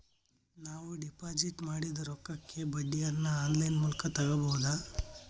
ನಾವು ಡಿಪಾಜಿಟ್ ಮಾಡಿದ ರೊಕ್ಕಕ್ಕೆ ಬಡ್ಡಿಯನ್ನ ಆನ್ ಲೈನ್ ಮೂಲಕ ತಗಬಹುದಾ?